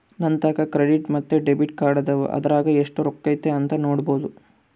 ನಂತಾಕ ಕ್ರೆಡಿಟ್ ಮತ್ತೆ ಡೆಬಿಟ್ ಕಾರ್ಡದವ, ಅದರಾಗ ಎಷ್ಟು ರೊಕ್ಕತೆ ಅಂತ ನೊಡಬೊದು